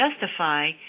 justify